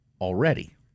already